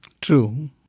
True